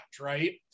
right